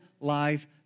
life